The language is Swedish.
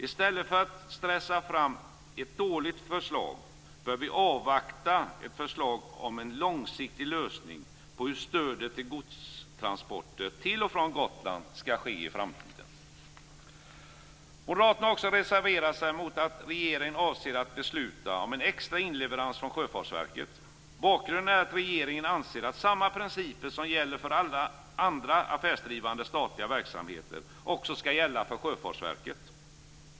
I stället för att stressa fram ett dåligt förslag bör vi avvakta ett förslag om en långsiktig lösning om hur stödet till godstransporter till och från Gotland skall utformas i framtiden. Moderaterna har också reserverat sig mot att regeringen avser att besluta om en extra inleverans från Sjöfartsverket. Bakgrunden är den att regeringen anser att samma principer som gäller för andra affärsdrivande statliga verksamheter skall gälla också för Sjöfartsverket.